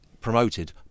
promoted